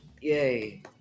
Yay